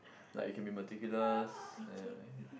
like you can be meticulous and